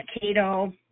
Cato